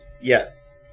Yes